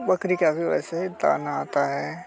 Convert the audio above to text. बकरी का भी वैसे दाना आता है